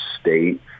State